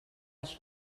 els